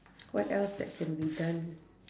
what else that can be done